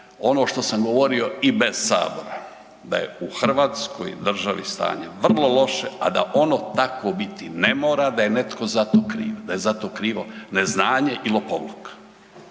ono što sam govorio i bez sabora, da je u hrvatskoj državi stanje vrlo loše, a da ono takvo biti ne mora, da je netko za to kriv, da je za to krivo neznanje i lopovluk.